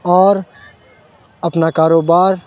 اور اپنا کار وبار